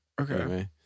Okay